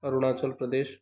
Arunachal Pradesh